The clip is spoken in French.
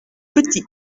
petit